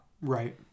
Right